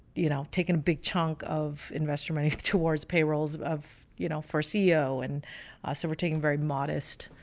you know, taking a big chunk of investor money towards payrolls of, you know, for seo, and so we're taking very modest.